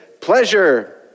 pleasure